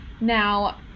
Now